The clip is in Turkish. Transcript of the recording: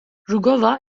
rugova